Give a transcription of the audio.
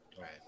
Right